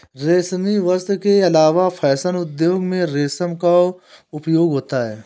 रेशमी वस्त्र के अलावा फैशन उद्योग में रेशम का उपयोग होता है